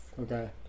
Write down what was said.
Okay